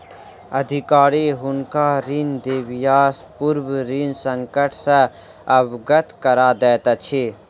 अधिकारी हुनका ऋण देबयसॅ पूर्व ऋण संकट सॅ अवगत करा दैत अछि